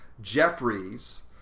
Jeffries